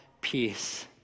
peace